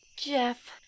Jeff